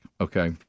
Okay